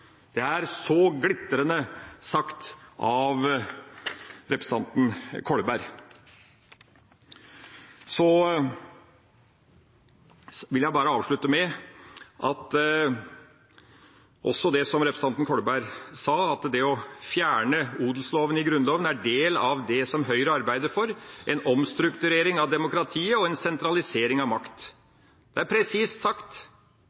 Det er så glitrende sagt av representanten Kolberg. Så vil jeg bare avslutte med også det som representanten Kolberg sa om at det å fjerne odelsloven i Grunnloven er en del av det Høyre arbeider for, en omstrukturering av demokratiet og en sentralisering av makt. Det er presist sagt.